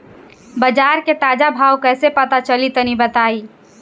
बाजार के ताजा भाव कैसे पता चली तनी बताई?